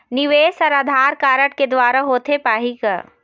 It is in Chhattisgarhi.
निवेश हर आधार कारड के द्वारा होथे पाही का?